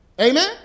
Amen